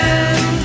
end